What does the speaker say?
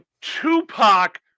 Tupac